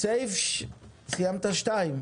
הסתייגות שנייה.